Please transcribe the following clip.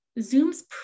Zoom's